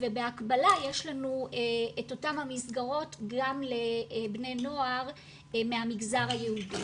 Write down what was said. ובהקבלה יש לנו את אותן המסגרות גם לבני נוער מהמגזר היהודי.